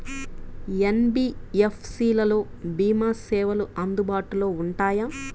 NBFC లలో భీమా సేవలు అందుబాటులో ఉంటాయా?